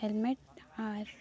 helmet ᱟᱨ